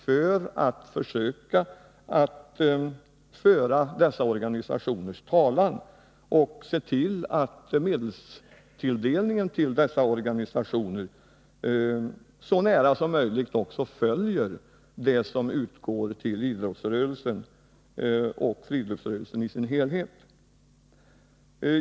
De skall försöka föra dessa organisationers talan och se till att medelstilldel Nr 33 ningen till dem så nära som möjligt följer tilldelningen till idrottsoch Onsdagen den friluftsrörelsen i dess helhet.